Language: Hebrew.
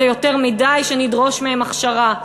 זה יותר מדי שנדרוש מהם הכשרה.